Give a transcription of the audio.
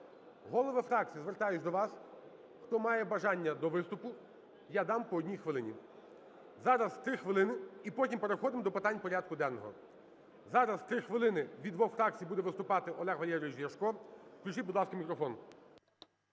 Голови фракцій, звертаюсь до вас, хто має бажання до виступу, я дам по одній хвилині. Зараз три хвилини, і потім переходимо до питань порядку денного. Зараз три хвилини від двох фракцій буде виступати Олег Валерійович Ляшко. Включіть, будь ласка, мікрофон.